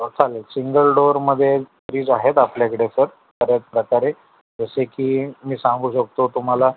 हो चालेल सिंगल डोअरमध्ये फ्रिज आहेत आपल्याकडे सर बऱ्याच प्रकारे जसे की मी सांगू शकतो तुम्हाला